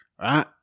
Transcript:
right